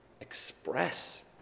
express